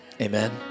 Amen